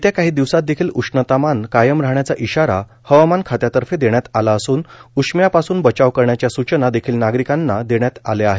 येत्या काही दिवसांत देखील उष्णतामान कायम राहण्याचा इशारा हवामान खात्यातर्फे देण्यात आला असन उष्म्यापासून बचाव करण्याच्या सुचना देखील नागरिकांना देण्यात आल्या आहेत